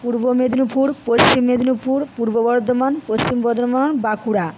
Purba Medinipur Paschim Medinipur Purba Bardhaman Paschim Bardhaman Bankura